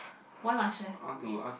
why must share story